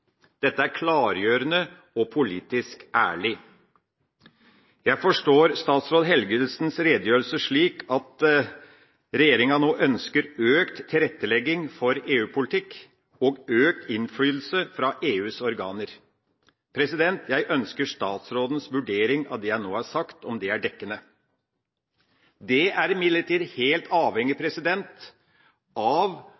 Dette er klargjørende og politisk ærlig. Jeg forstår statsråd Helgesens redegjørelse slik at regjeringa nå ønsker økt tilrettelegging for EU-politikk og økt innflytelse fra EUs organer. Jeg ønsker statsrådens vurdering av det jeg nå har sagt, om det er dekkende. Det er imidlertid helt avhengig